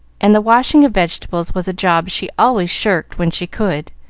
and the washing of vegetables was a job she always shirked when she could.